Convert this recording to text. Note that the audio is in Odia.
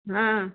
ହଁ